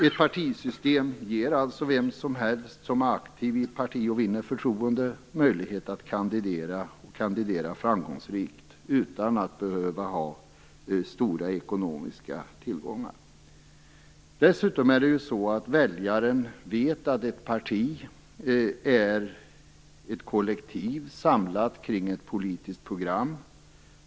Ett partisystem ger alltså vem som helst som är aktiv inom ett parti och vinner förtroende möjlighet att kandidera, och kandidera framgångsrikt, utan att personen behöver ha stora ekonomiska tillgångar. Dessutom vet väljaren att ett parti är ett kollektiv, samlat kring ett politiskt program.